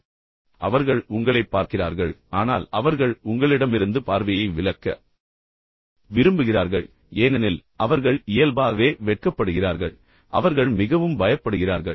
எனவே அவர்கள் உங்களைப் பார்க்கிறார்கள் ஆனால் அவர்கள் உங்களிடமிருந்து பார்வையை விலக்க விரும்புகிறார்கள் ஏனெனில் அவர்கள் இயல்பாகவே வெட்கப்படுகிறார்கள் அவர்கள் மிகவும் பயப்படுகிறார்கள்